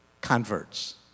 converts